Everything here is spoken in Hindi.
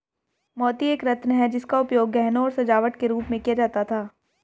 मोती एक रत्न है जिसका उपयोग गहनों और सजावट के रूप में किया जाता था